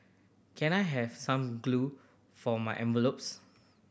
can I have some glue for my envelopes